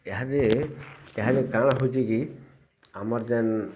ଏହାବି ଏହା ହେଲେ କାଣା ହଉଛି କି ଆମର୍ ଯେନ୍